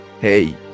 hey